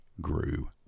grew